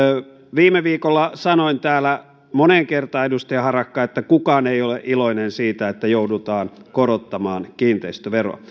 viime viikolla sanoin täällä moneen kertaan edustaja harakka että kukaan ei ole iloinen siitä että joudutaan korottamaan kiinteistöveroa